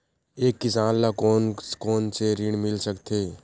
एक किसान ल कोन कोन से ऋण मिल सकथे?